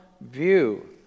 view